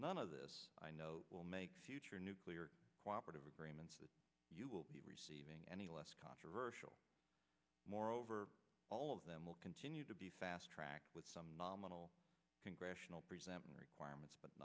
none of this i know will make future nuclear cooperate agreements you will be receiving any less controversial moreover all of them will continue to be fast tracked with some nominal congressional requirements but